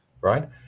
right